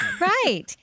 right